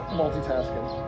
multitasking